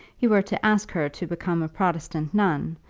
he were to ask her to become a protestant nun,